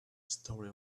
story